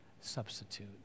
substitute